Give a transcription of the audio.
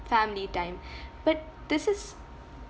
family time but this is